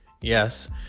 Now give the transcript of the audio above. yes